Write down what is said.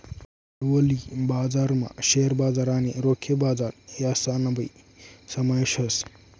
भांडवली बजारमा शेअर बजार आणि रोखे बजार यासनाबी समावेश व्हस